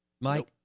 Mike